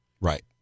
Right